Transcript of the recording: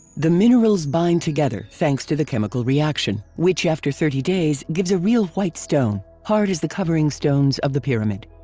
the minerals bind together thanks to the chemical reaction, which after thirty days gives a real white stone, hard as the covering stones of the pyramid.